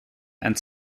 and